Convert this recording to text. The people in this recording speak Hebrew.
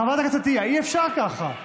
חברת הכנסת עטייה, אי-אפשר ככה.